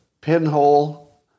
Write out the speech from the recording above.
pinhole